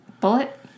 Bullet